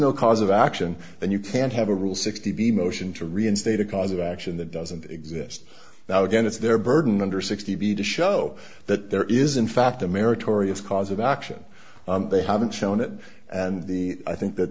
no cause of action then you can't have a rule sixty b motion to reinstate a cause of action that doesn't exist now again it's their burden under sixty to show that there is in fact a meritorious cause of action they haven't shown it and the i think that